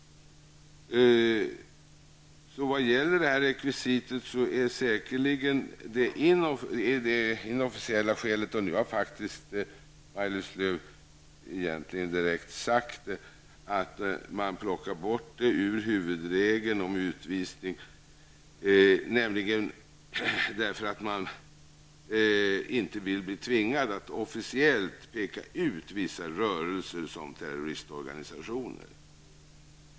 Maj Lis Lööw har nu direkt sagt att man skall plocka bort organisationsrekvisitet ur huvudregeln om utvisning, eftersom man inte vill bli tvingad att officiellt peka ut vissa rörelser som terroristorganisationer.